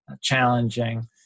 challenging